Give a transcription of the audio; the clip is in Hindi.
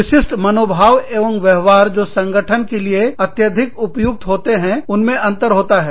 विशिष्ट मनोभाव एवं व्यवहार जो संगठनों के लिए अत्यधिक उपयुक्त होते हैं उनमें अंतर होता है